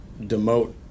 demote